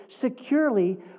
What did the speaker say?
securely